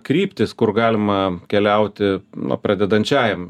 kryptys kur galima keliauti nu pradedančiajam